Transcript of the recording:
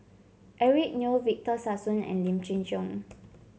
Eric Neo Victor Sassoon and Lim Chin Siong